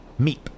Meep